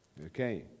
Okay